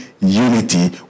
unity